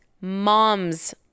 mom's